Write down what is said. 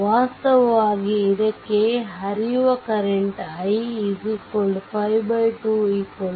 ವಾಸ್ತವವಾಗಿ ಇದಕ್ಕೆ ಹರಿಯುವ ಕರೆಂಟ್ i 522